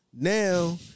now